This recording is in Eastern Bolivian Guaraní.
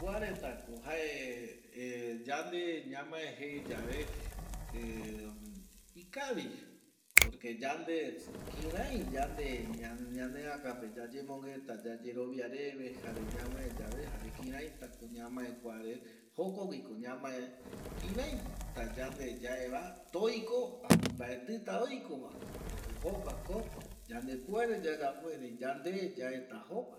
Kuareta ko jae yande ñamae je yave ikavi, esa yano yande kɨrëi ñaneakape yayemongueta yayerovia reve jare ñamae yave jare ko kiraita ko ñamae kuare, jokogüi ko ñamae kiräita ko yande yaeva toiko o mbaetɨta oiko va esa jokua ko yande puere yayapo erëi yande yaeta jokua.